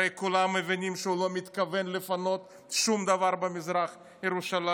הרי כולם מבינים שהוא לא מתכוון לפנות שום דבר במזרח ירושלים.